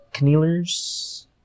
kneelers